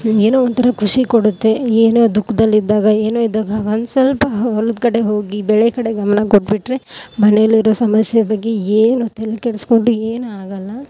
ಏನೊ ಒಂಥರ ಖುಷಿ ಕೊಡುತ್ತೆ ಏನೊ ದುಃಖದಲ್ಲಿದ್ದಾಗ ಏನೋ ಇದ್ದಾಗ ಒಂದು ಸ್ವಲ್ಪ ಹೊಲದ ಕಡೆ ಹೋಗಿ ಬೆಳೆ ಕಡೆ ಗಮನ ಕೊಟ್ಟುಬಿಟ್ರೆ ಮನೇಲಿರೊ ಸಮಸ್ಯೆ ಬಗ್ಗೆ ಏನು ತಲೆಕೆಡಿಸ್ಕೊಂಡು ಏನೂ ಆಗಲ್ಲ